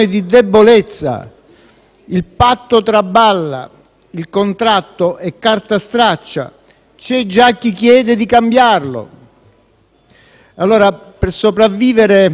il patto traballa, il contratto è carta straccia, c'è già chi chiede di cambiarlo. Allora per sopravvivere nei palazzi,